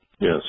Yes